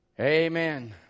Amen